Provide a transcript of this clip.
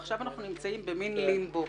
עכשיו אנחנו נמצאים במין לימבו.